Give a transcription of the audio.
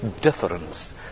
difference